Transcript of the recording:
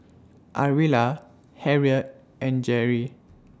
Arvilla Harriette and Jerrie